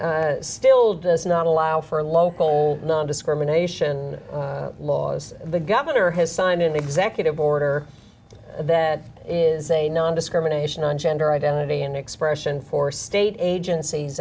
still does not allow for a local nondiscrimination laws the governor has signed an executive order that is a nondiscrimination on gender identity and expression for state agencies